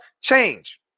change